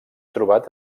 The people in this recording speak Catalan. trobat